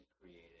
created